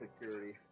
security